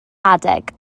adeg